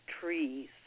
trees